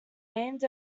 named